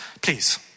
please